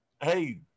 hey